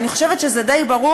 אני חושבת שזה די ברור,